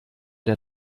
der